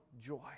joy